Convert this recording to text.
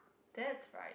that's right